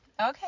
Okay